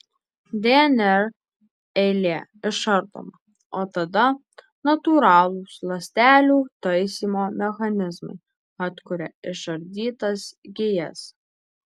dnr eilė išardoma o tada natūralūs ląstelių taisymo mechanizmai atkuria išardytas gijas